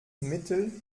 mittel